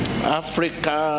Africa